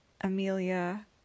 Amelia